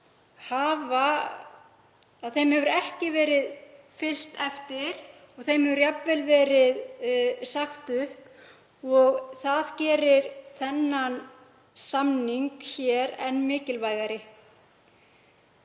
kjarnorkuafvopnunar ekki verið fylgt eftir og þeim hefur jafnvel verið sagt upp. Það gerir þennan samning hér enn mikilvægari.